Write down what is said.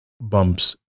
bumps